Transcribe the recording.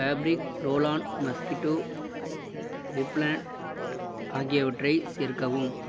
fabric roll on mosquito repellent ஆகியவற்றையும் சேர்க்கவும்